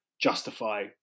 justify